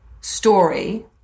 story